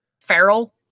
Feral